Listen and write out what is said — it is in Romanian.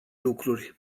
lucruri